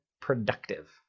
productive